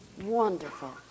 Wonderful